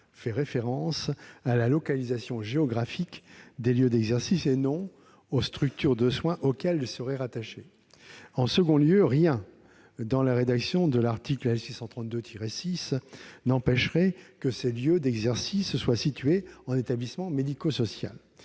fait référence à la localisation géographique des lieux d'exercice, et non aux structures de soins auxquelles ils seraient rattachés. En second lieu, rien dans la rédaction de l'article L. 632-6 du code de l'éducation n'empêcherait que ces lieux d'exercice soient situés en établissement médico-social.